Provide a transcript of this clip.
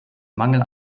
mangel